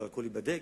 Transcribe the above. אבל הכול ייבדק,